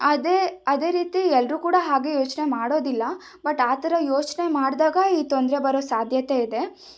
ಅದೇ ಅದೇ ರೀತಿ ಎಲ್ಲರೂ ಕೂಡ ಹಾಗೆ ಯೋಚನೆ ಮಾಡೋದಿಲ್ಲ ಬಟ್ ಆ ಥರ ಯೋಚನೆ ಮಾಡಿದಾಗ ಈ ತೊಂದರೆ ಬರೋ ಸಾಧ್ಯತೆ ಇದೆ